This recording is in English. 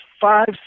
five